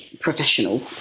professional